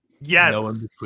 Yes